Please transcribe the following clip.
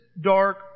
dark